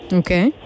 okay